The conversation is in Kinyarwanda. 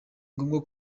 ngombwa